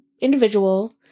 individual